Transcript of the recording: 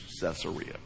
Caesarea